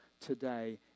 today